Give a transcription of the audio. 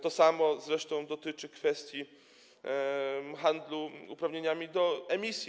To samo zresztą dotyczy kwestii handlu uprawnieniami do emisji.